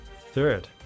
third